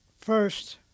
First